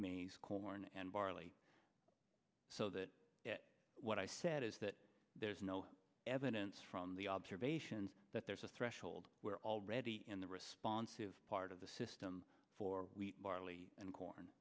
wheat corn and barley so that what i said is that there's no evidence from the observations that there's a threshold we're already in the responsive part of the system for wheat barley and corn